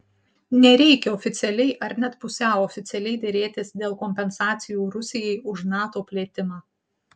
nereikia oficialiai ar net pusiau oficialiai derėtis dėl kompensacijų rusijai už nato plėtimą